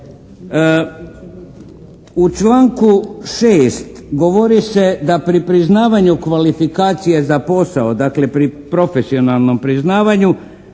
U članku 6. govori se da pri priznavanju kvalifikacije za posao, dakle pri profesionalnom priznavanju